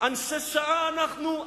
אנשי שעה אנחנו?